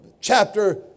chapter